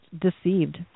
deceived